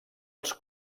els